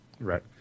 Right